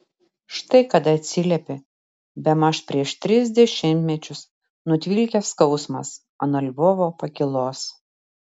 štai kada atsiliepė bemaž prieš tris dešimtmečius nutvilkęs skausmas ant lvovo pakylos